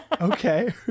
okay